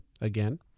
again